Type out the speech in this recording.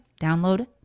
Download